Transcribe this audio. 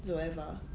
Zoeva